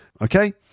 Okay